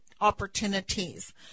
opportunities